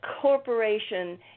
corporation